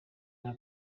nka